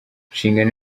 inshingano